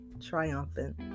triumphant